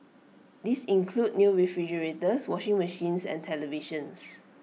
these include new refrigerators washing machines and televisions